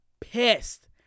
pissed